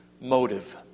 motive